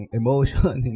emotion